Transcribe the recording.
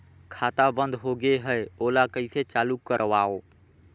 खाता बन्द होगे है ओला कइसे चालू करवाओ?